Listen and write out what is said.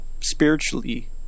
spiritually